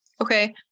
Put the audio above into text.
okay